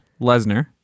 Lesnar